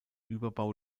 überbau